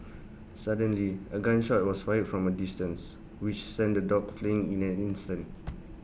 suddenly A gun shot was fired from A distance which sent the dogs fleeing in an instant